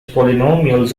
polynomials